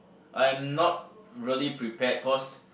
I'm not really prepared cause